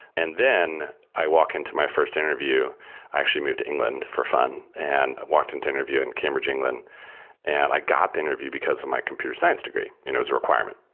and then i walk into my first interview. i actually moved to england for fun, and i've walked into an interview in cambridge england and i got the interview because of my computer science degree. you know it's a requirement.